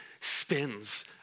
spins